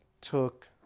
took